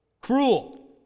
cruel